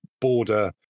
border